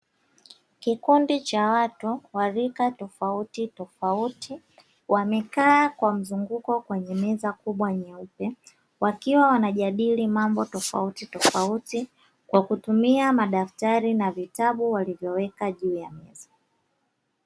Kikundi cha watu wa rika tofautitofauti wamekaa kwa mzunguko kwenye meza kubwa nyeupe, wakiwa wanajadili mambo tofautitofauti kwa kutumia madaftari na vitabu walivyoweka juu ya meza.